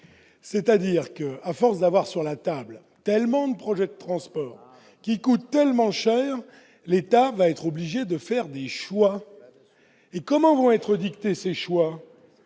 se terminer. À force de mettre sur la table tellement de projets de transport qui coûtent si cher, l'État va être obligé de faire des choix. Or comment vont être dictés ces choix ?